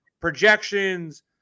projections